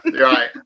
right